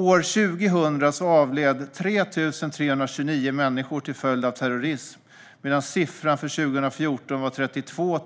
År 2000 avled 3 329 människor till följd av terrorism medan siffran för 2014 var 32